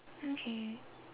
okay